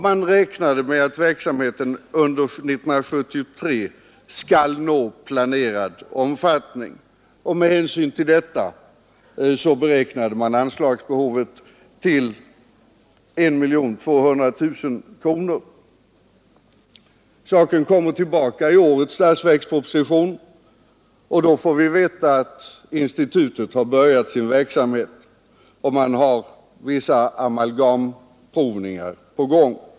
Man räknade med att verksamheten under 1973 skulle nå planerad omfattning. Med hänsyn till detta beräknades anslagsbehovet till I 200 000 kronor. Ärendet kommer tillbaka i årets statsverksproposition. Då får vi veta att institutet börjat sin verksamhet. Vissa amalgamprovningar är på gång.